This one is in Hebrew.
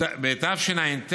בתשע"ט